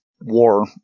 war